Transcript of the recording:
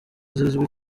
zizwi